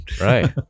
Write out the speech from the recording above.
Right